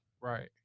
Right